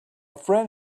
friend